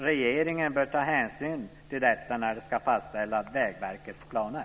Regeringen bör ta hänsyn till detta när den ska fastställa Vägverkets planer.